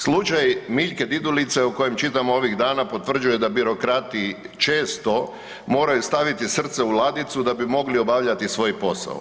Slučaj Miljke Didulice o kojem čitam ovih dana potvrđuje da birokrati često moraju staviti srce u ladicu da bi mogli obavljati svoj posao.